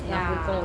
ya